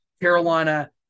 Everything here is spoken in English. Carolina